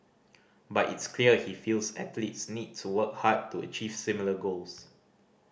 but it's clear he feels athletes need to work hard to achieve similar goals